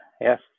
Yes